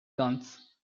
guns